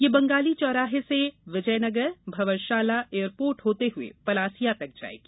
यह बंगाली चौराहा से विजयनगर भँवर शाला एयरपोर्ट होते हुए पलासिया तक जायेगी